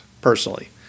personally